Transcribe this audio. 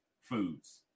foods